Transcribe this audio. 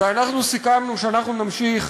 ואנחנו סיכמנו שאנחנו נמשיך